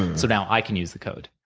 so now, i can use the code,